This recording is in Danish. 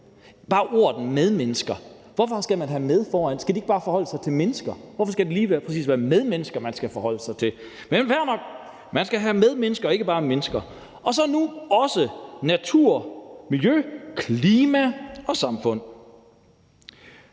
Bare ordet medmennesker! Hvorfor skal man have »med« foran, skal de ikke bare forholde sig til mennesker? Hvorfor skal det lige præcis være medmennesker, man skal forholde sig til? Men fair nok, det skal være medmennesker og ikke bare mennesker – og så nu også natur, miljø, klima og samfund.